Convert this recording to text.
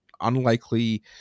unlikely